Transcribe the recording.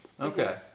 Okay